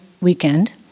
weekend